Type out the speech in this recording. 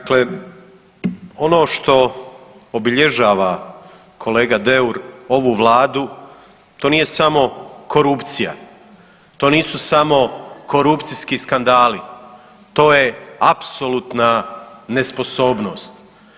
Dakle, ono što obilježava kolega Deur ovu Vladu to nije samo korupcija, to nisu samo korupcijski skandali, to je apsolutna nesposobnost.